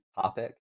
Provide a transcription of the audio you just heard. topic